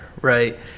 right